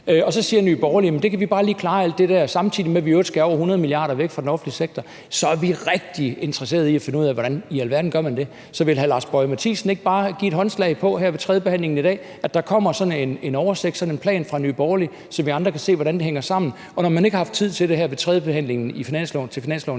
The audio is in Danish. Så siger Nye Borgerlige: Alt det der kan vi bare lige klare, samtidig med at vi i øvrigt skærer over 100 mia. kr. væk fra den offentlige sektor. Vi er rigtig interesserede i at finde ud af, hvordan i alverden man gør det. Så vil hr. Lars Boje Mathiesen ikke bare her ved tredjebehandlingen i dag give et håndslag på, at der kommer sådan en oversigt, sådan en plan, fra Nye Borgerlige, så vi andre kan se, hvordan det hænger sammen, og at man, når man ikke har haft tid til det her i forbindelse med tredjebehandlingen af finansloven,